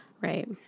right